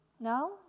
No